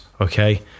Okay